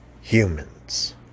Humans